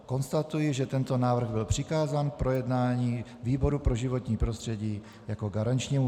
Konstatuji, že tento návrh byl přikázán k projednání výboru pro životní prostředí jako výboru garančnímu.